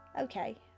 Okay